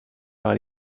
par